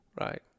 Right